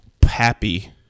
pappy